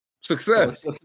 Success